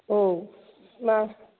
औ मा